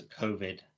COVID